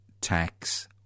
tax